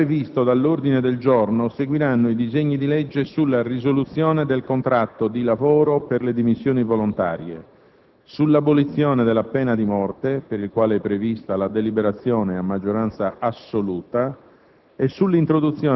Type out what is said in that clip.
Come già previsto dall'ordine del giorno, seguiranno i disegni di legge sulla risoluzione del contratto di lavoro per dimissioni volontarie, sull'abolizione della pena di morte - per il quale è prevista la deliberazione a maggioranza assoluta